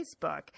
Facebook